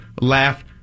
laugh